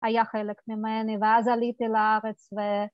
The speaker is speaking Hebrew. ‫היה חלק ממני, ואז עליתי לארץ.